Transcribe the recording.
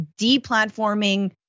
deplatforming